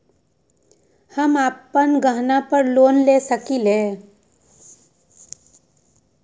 हम अपन गहना पर लोन ले सकील?